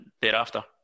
thereafter